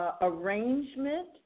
arrangement